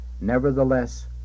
Nevertheless